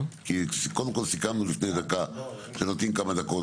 קודם כל סיכמנו לפני דקה שנותנים כמה דקות.